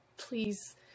Please